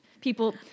people